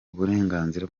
uburenganzira